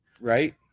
right